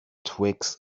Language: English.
twigs